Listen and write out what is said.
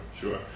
sure